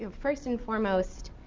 um first and foremost,